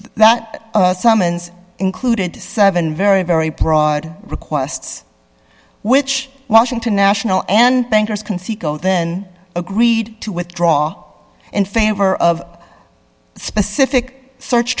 that summons including to seven very very broad requests which washington national and bankers can see go then agreed to withdraw in favor of specific search